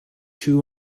two